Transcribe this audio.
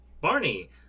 Barney